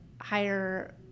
hire